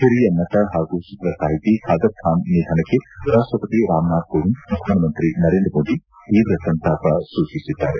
ಹಿರಿಯ ನಟ ಹಾಗೂ ಚಿತ್ರ ಸಾಹಿತಿ ಖಾದರ್ ಖಾನ್ ನಿಧನಕ್ಕೆ ರಾಷ್ಷಪತಿ ರಾಮನಾಥ್ ಕೋವಿಂದ್ ಪ್ರಧಾನಮಂತ್ರಿ ನರೇಂದ್ರ ಮೋದಿ ತೀವ್ರ ಸಂತಾಪ ಸೂಚಿಸಿದ್ದಾರೆ